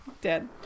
dead